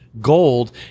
gold